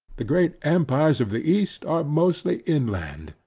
the great empires of the east are mostly inland,